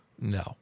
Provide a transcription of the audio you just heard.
no